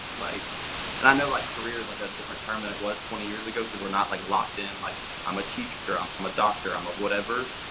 like and i know like career's like a different term that it was twenty years ago, cause we're not like locked in. like i'm a teacher, ah i'm a doctor, i'm a whatever.